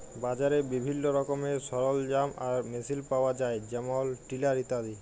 বাজারে বিভিল্ল্য রকমের সরলজাম আর মেসিল পাউয়া যায় যেমল টিলার ইত্যাদি